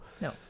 No